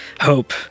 hope